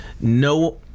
No